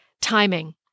timing